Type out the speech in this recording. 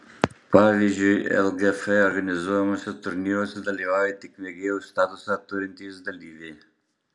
pavyzdžiui lgf organizuojamuose turnyruose dalyvauja tik mėgėjų statusą turintys dalyviai